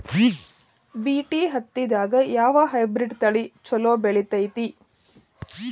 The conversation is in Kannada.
ಬಿ.ಟಿ ಹತ್ತಿದಾಗ ಯಾವ ಹೈಬ್ರಿಡ್ ತಳಿ ಛಲೋ ಬೆಳಿತೈತಿ?